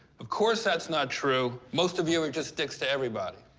of course that's not true. most of you are just dicks to everybody.